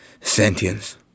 Sentience